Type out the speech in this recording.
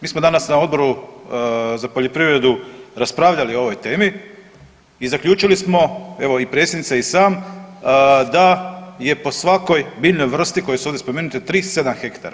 Mi smo danas na Odboru za poljoprivredu raspravljali o ovoj temi i zaključili smo evo i predsjednica i sam da je po svakoj biljnoj vrsti koje su ovdje spomenute 37 ha.